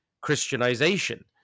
Christianization